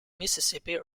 mississippi